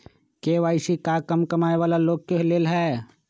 KYC का कम कमाये वाला लोग के लेल है?